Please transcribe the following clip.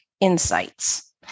Insights